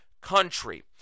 country